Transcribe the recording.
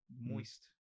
moist